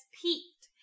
peaked